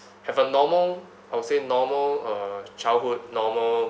have a normal I would say normal uh childhood normal